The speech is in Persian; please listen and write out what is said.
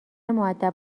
مودب